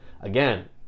again